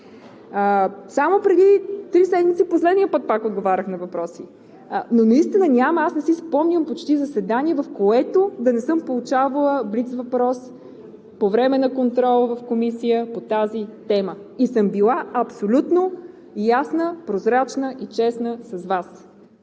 Само преди три седмици – последния път пак отговарях на въпроси. Наистина няма, почти не си спомням заседание, в което да не съм получавала блиц въпрос, по време на контрол в Комисията по тази тема. Била съм абсолютно ясна, прозрачна и честна с Вас.